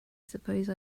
suppose